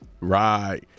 Right